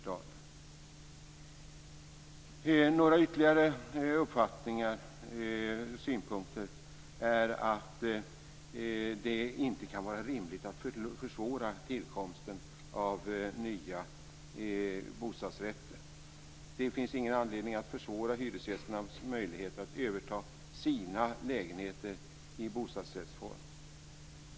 Jag har några ytterligare uppfattningar och synpunkter. Det kan inte kan vara rimligt att försvåra tillkomsten av nya bostadsrätter. Det finns ingen anledning att försvåra hyresgästernas möjlighet att överta sina lägenheter i bostadsrättsform.